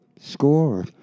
score